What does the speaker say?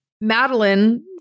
Madeline